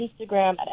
Instagram